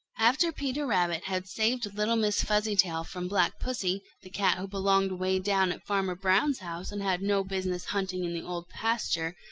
after peter rabbit had saved little miss fuzzytail from black pussy, the cat who belonged way down at farmer brown's house and had no business hunting in the old pasture,